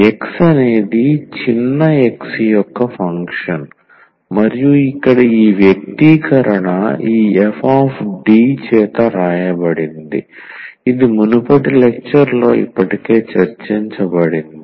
X అనేది చిన్న x యొక్క ఫంక్షన్ మరియు ఇక్కడ ఈ వ్యక్తీకరణ ఈ fD చేత వ్రాయబడింది ఇది మునుపటి లెక్చర్లో ఇప్పటికే చర్చించబడింది